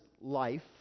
life